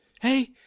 Hey